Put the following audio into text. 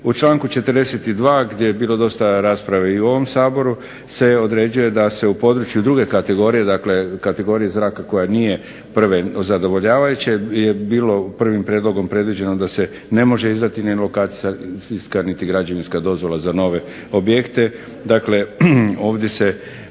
U članku 42. gdje je bilo dosta rasprave i u ovom Saboru se određuje da se u području druge kategorije, dakle kategorije zraka koja nije prve zadovoljavajuće, je bilo prvim prijedlogom predviđeno da se ne može izdati ni lokacijska niti građevinska dozvola za nove objekte. Dakle, ovdje se